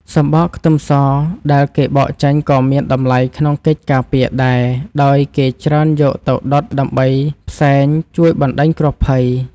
សំបកខ្ទឹមសដែលគេបកចេញក៏មានតម្លៃក្នុងកិច្ចការពារដែរដោយគេច្រើនយកទៅដុតដើម្បីផ្សែងជួយបណ្តេញគ្រោះភ័យ។